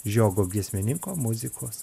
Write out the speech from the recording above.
žiogo giesmininko muzikos